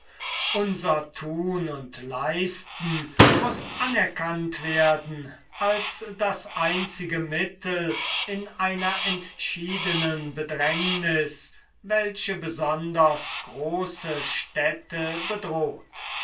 unser tun und leisten muß anerkannt werden als das einzige mittel in einer entschiedenen bedrängnis welche besonders große städte bedroht